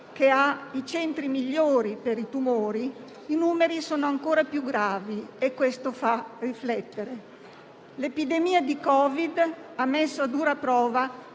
che ha i centri migliori per i tumori, i numeri sono ancora più gravi e questo fa riflettere. L'epidemia di Covid ha messo a dura prova